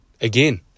again